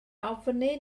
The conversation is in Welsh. ofni